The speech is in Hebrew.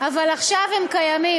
אבל עכשיו הם קיימים.